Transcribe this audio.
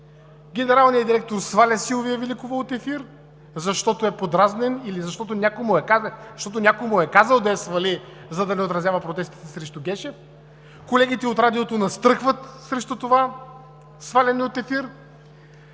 генералният директор сваля Силвия Великова от ефир, защото е подразнен или защото някой му е казал да я свали, за да не отразява протестите срещу Гешев, колегите от Радиото настръхват срещу това сваляне от ефир,